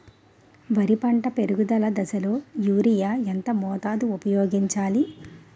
వరి పంట పెరుగుదల దశలో యూరియా ఎంత మోతాదు ఊపయోగించాలి?